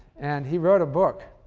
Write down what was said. and he wrote a book